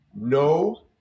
No